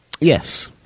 Yes